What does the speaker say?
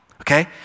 okay